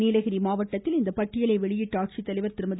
நீலகிரி மாவட்டத்தில் இப்பட்டியலை வெளியிட்ட ஆட்சித்தலைவர் திருமதி